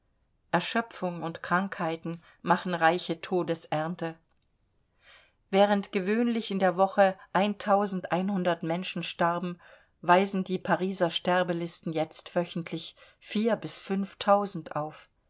erschöpfung und krankheiten machen reiche todesernte während gewöhnlich in der woche menschen starben weisen die pariser sterbelisten jetzt wöchentlich auf